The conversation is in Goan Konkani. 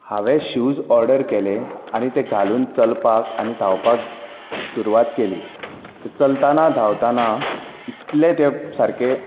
हांवेन शूज ओर्डर केले आनी ते घालून चलपाक आनी धांवपाक सुरवात केली ती चलताना धांवताना इतलें ते सारकें